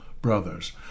brothers